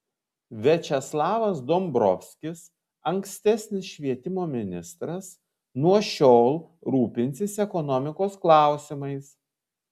viačeslavas dombrovskis ankstesnis švietimo ministras nuo šiol rūpinsis ekonomikos klausimais